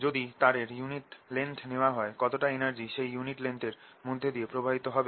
যদি তারের unit length নেওয়া হয় কতটা এনার্জি সেই ইউনিট লেংথের মধ্যে দিয়ে প্রবাহিত হবে